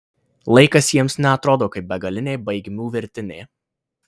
laikas jiems neatrodo kaip begalinė baigmių virtinė